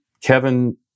Kevin